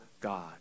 God